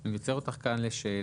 אני עוצר אותך כאן לשאלה.